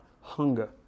hunger